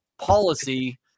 policy